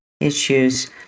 issues